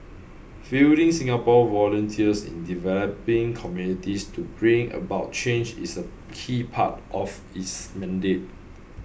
fielding Singapore volunteers in developing communities to bring about change is a key part of its mandate